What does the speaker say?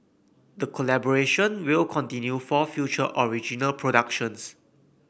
the collaboration will continue for future original productions